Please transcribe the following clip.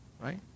Right